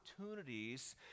opportunities